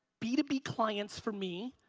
b two b clients for me,